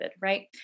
right